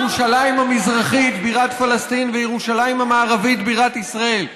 ירושלים המזרחית בירת פלסטין וירושלים המערבית בירת ישראל,